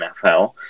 NFL